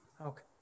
Okay